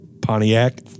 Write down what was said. pontiac